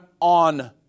on